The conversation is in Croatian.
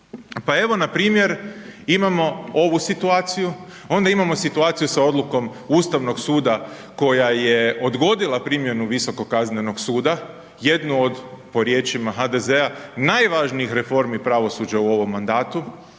Pa evo npr. imamo ovu situaciju, onda imamo situaciju sa odlukom Ustavnog suda koja je odgodila primjenu Visokog kaznenog suda, jednu od po riječima HDZ-a, najvažnijih reformi pravosuđa u ovom mandatu,